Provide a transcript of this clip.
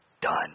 done